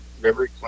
river